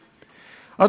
אדוני השר,